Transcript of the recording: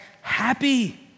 happy